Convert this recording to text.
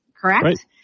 Correct